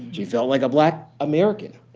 she felt like a black american.